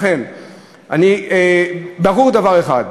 לכן ברור דבר אחד,